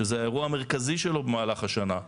שזה האירוע המרכזי שלו במהלך השנה,